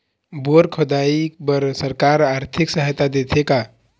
Bore खोदाई बर सरकार आरथिक सहायता देथे का?